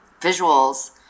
visuals